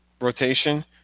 rotation